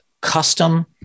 custom